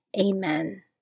Amen